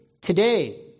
today